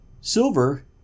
Silver